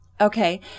Okay